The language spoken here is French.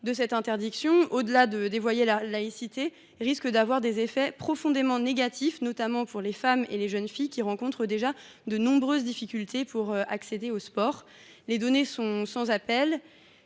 du fait qu’elle constitue un dévoiement de la laïcité, risque d’avoir des effets négatifs, notamment pour les femmes et les jeunes filles, qui rencontrent déjà de nombreuses difficultés pour accéder au sport. Les données sont sans appel